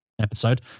episode